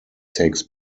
takes